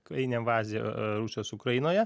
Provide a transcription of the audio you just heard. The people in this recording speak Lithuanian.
karinė bazė rusijos ukrainoje